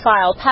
File